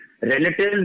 relatives